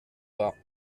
vingt